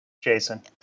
Jason